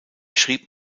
schrieb